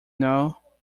know